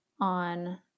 on